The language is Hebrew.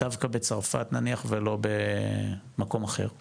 ההתמקדות בנקודה של רוסיה או אוקראינה היא בעיקר פה,